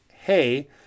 hey